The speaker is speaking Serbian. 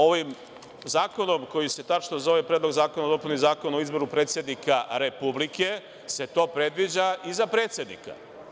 Ovim zakonom koji se tačno zove Predlog zakona o dopuni Zakona o izboru predsednika Republike se to predviđa i za predsednika.